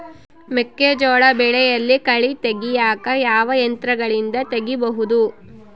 ಮೆಕ್ಕೆಜೋಳ ಬೆಳೆಯಲ್ಲಿ ಕಳೆ ತೆಗಿಯಾಕ ಯಾವ ಯಂತ್ರಗಳಿಂದ ತೆಗಿಬಹುದು?